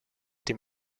dem